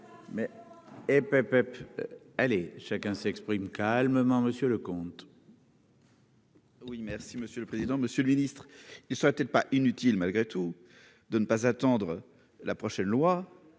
stade. Et Pepette allez, chacun s'exprime calmement Monsieur le comte. Oui, merci Monsieur le président, Monsieur le Ministre, il serait peut-être pas inutile malgré tout de ne pas attendre la prochaine loi